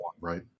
right